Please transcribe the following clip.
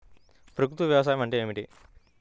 ప్రకృతి వ్యవసాయం అంటే ఏమిటి?